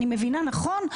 אני מבינה נכון?